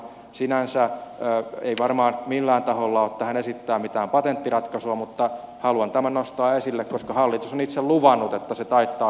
sinänsä ei varmaan millään taholla ole tähän esittää mitään patenttiratkaisua mutta haluan tämän nostaa esille koska hallitus on itse luvannut että se taittaa velkaantumisen